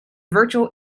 virtual